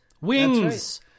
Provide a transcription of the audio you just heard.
wings